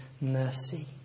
mercy